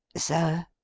sir!